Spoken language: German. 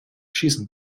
schießen